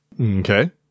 Okay